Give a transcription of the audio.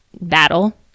battle